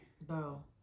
Bro